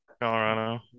Colorado